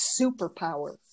superpower